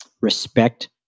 respect